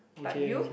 but you